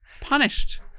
punished